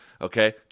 Okay